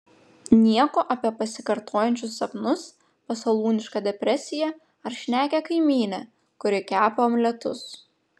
nieko apie pasikartojančius sapnus pasalūnišką depresiją ar šnekią kaimynę kuri kepa omletus